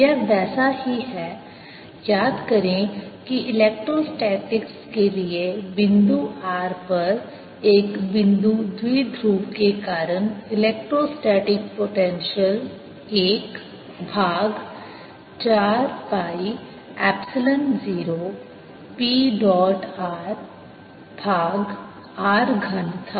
Ar04πmrr3 यह वैसा ही है याद करें कि इलेक्ट्रोस्टैटिक्स के लिए बिंदु r पर एक बिंदु द्विध्रुव के कारण इलेक्ट्रोस्टैटिक पोटेंशियल 1 भाग 4 pi epsilon 0 P dot r भाग r घन था